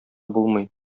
булмый